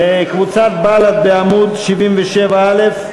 קבוצת בל"ד בעמוד 77א,